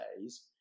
days